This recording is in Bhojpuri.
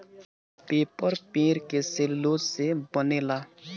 पेपर पेड़ के सेल्यूलोज़ से बनेला